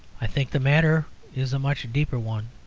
i think the matter is a much deeper one.